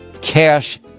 cash